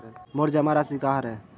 मोर जमा राशि का हरय?